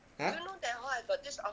!huh!